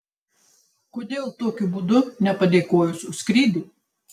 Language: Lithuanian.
kodėl tokiu būdu nepadėkojus už skrydį